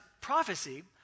prophecy